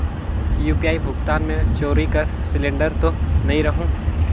UPI भुगतान मे चोरी कर सिलिंडर तो नइ रहु?